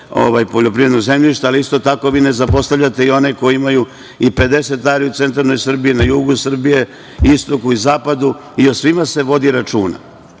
poljoprivrednog zemljišta. Ali, isto tako, vi ne zapostavljate i one koji imaju 50 ari u centralnoj Srbiji, na jugu Srbije, istoku i zapadu. O svima se vodi računa.